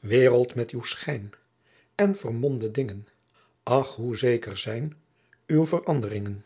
wereld met uw schijn en vermomde dingen ach hoe zeker zijn uw veranderingen